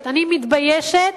מתביישת.